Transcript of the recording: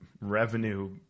revenue